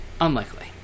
Unlikely